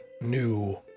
new